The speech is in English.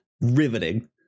riveting